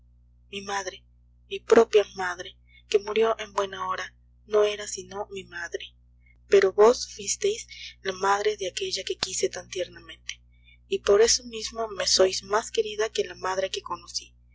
mi madre mi propia madre que murió en buena hora no era sino mi madre pero vos fuisteis la madre de aquella que quise tan tiernamente y por eso mismo me sois más querida que la madre que conocí